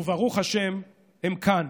וברוך השם, הם כאן,